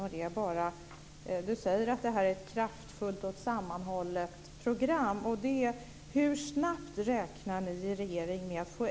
Herr talman!